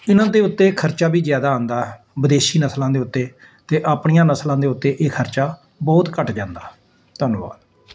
ਇਹਨਾਂ ਦੇ ਉੱਤੇ ਖਰਚਾ ਵੀ ਜ਼ਿਆਦਾ ਆਉਂਦਾ ਵਿਦੇਸ਼ੀ ਨਸਲਾਂ ਦੇ ਉੱਤੇ ਅਤੇ ਆਪਣੀਆਂ ਨਸਲਾਂ ਦੇ ਉੱਤੇ ਇਹ ਖਰਚਾ ਬਹੁਤ ਘੱਟ ਜਾਂਦਾ ਧੰਨਵਾਦ